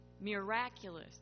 miraculous